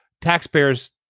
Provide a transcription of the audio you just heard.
taxpayers